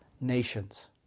nations